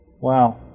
Wow